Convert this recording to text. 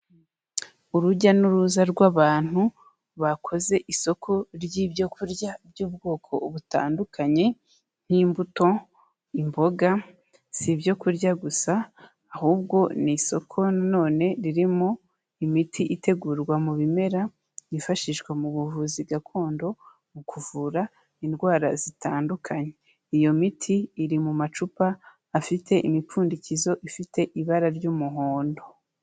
Urujya n'uruza rw'abantu bakoze isoko ry'ibyo kurya by'ubwoko butandukanye nk'imbuto imboga, si ibyo kurya gusa ahubwo ni isoko none ririmo imiti itegurwa mu bimera byifashishwa mu buvuzi gakondo mu kuvura indwara zitandukanye, iyo miti iri mu macupa afite imipfundikizo ifite ibara ry'umuhondo.